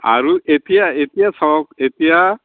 আৰু এতিয়া এতিয়া চাওক এতিয়া